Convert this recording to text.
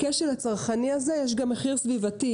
לכשל הצרכני הזה יש גם מחיר סביבתי.